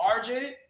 RJ